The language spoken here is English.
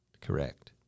Correct